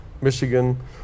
Michigan